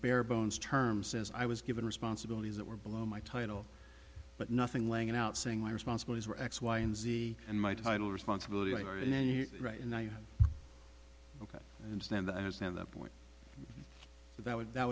bare bones terms says i was given responsibilities that were below my title but nothing laying out saying my responsibilities were x y and z and my title responsibility and i understand that point that would that